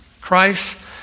Christ